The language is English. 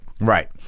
right